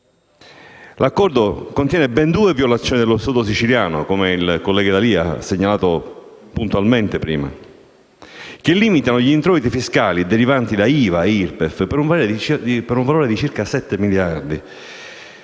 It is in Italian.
L'accordo contiene ben due violazioni dello Statuto siciliano - come il collega D'Alì ha prima puntualmente segnalato - che limitano gli introiti fiscali derivanti da IVA e IRPEF per un valore di circa sette miliardi,